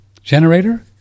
generator